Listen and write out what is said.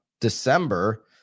December